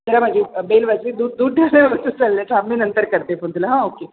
जरा माझी बेल वाजली दूध दूध ठेवलेलं ऊतू चाललं आहे थांब मी नंतर करते फोन तुला ओके